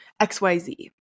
xyz